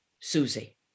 Susie